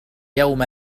يوم